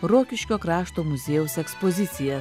rokiškio krašto muziejaus ekspozicijas